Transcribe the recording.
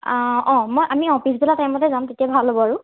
অ আমি পিছবেলা টাইমতে যাম আৰু তেতিয়া ভাল হ'ব আৰু